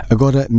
Agora